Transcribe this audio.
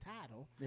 title